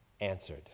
answered